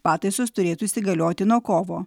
pataisos turėtų įsigalioti nuo kovo